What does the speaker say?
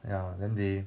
ya then they